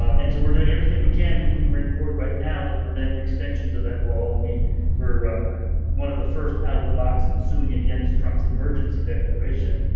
ah and so we're doing everything we can including we're in court right now to prevent extensions of that wall. and we were um one of the first out of the box and suing against trump's emergency declaration,